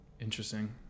Interesting